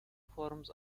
forms